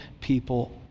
people